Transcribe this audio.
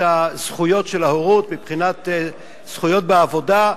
הזכויות של ההורות מבחינת זכויות בעבודה,